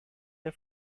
der